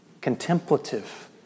contemplative